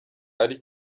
ari